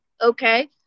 Okay